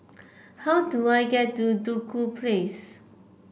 how do I get to Duku Place